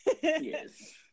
yes